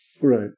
Right